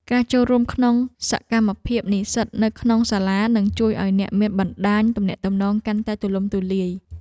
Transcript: ការចូលរួមក្នុងសកម្មភាពនិស្សិតនៅក្នុងសាលានឹងជួយឱ្យអ្នកមានបណ្តាញទំនាក់ទំនងកាន់តែទូលំទូលាយ។